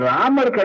Ramar